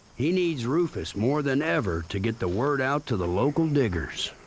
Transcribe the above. he needs rufus more than ever to get the word out to the local diggers.